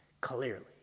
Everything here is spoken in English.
clearly